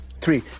Three